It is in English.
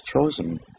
chosen